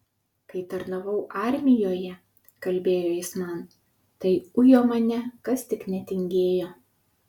kai tarnavau armijoje kalbėjo jis man tai ujo mane kas tik netingėjo